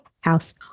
house